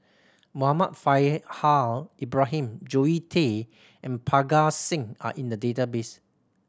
Muhammad Faishal Ibrahim Zoe Tay and Parga Singh are in the database